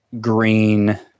green